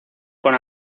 con